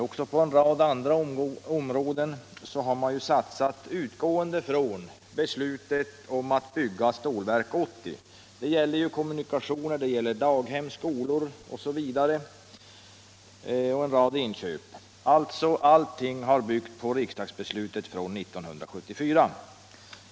Också på en rad andra områden har man satsat, utgående från beslutet om att Stålverk 80 skulle byggas. Det gäller kommunikationer, daghem, skolor osv. och en rad inköp — och allting har byggt på riksdagsbeslutet från 1974.